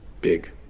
big